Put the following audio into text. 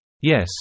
Yes